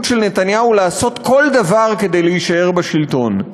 של נתניהו לעשות כל דבר כדי להישאר בשלטון.